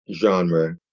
genre